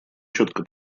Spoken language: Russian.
четко